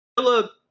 Villa